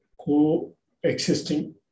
co-existing